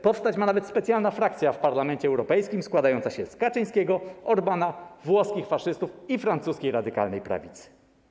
Powstać ma nawet specjalna frakcja z Parlamencie Europejskim składająca się z Kaczyńskiego, Orbána, włoskich faszystów i francuskiej radykalnej prawicy.